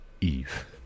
Eve